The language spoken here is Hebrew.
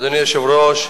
אדוני היושב-ראש,